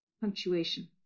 punctuation